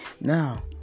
Now